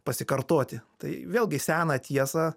pasikartoti tai vėlgi seną tiesą